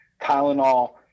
Tylenol